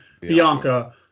Bianca